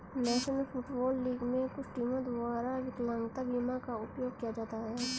national Football League में कुछ टीमों द्वारा विकलांगता बीमा का उपयोग किया जाता है